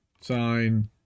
sign